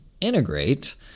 integrate